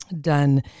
done